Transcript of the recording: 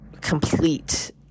complete